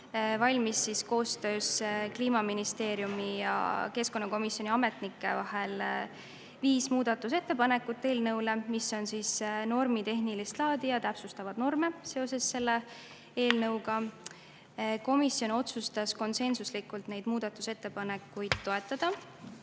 valmis Kliimaministeeriumi ja keskkonnakomisjoni ametnike koostööna viis muudatusettepanekut, mis on normitehnilist laadi ja täpsustavad norme seoses selle eelnõuga. Komisjon otsustas konsensuslikult neid muudatusettepanekuid toetada.